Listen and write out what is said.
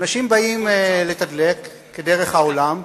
אנשים באים לתדלק, כדרך העולם,